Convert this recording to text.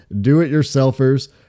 do-it-yourselfers